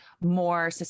more